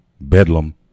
bedlam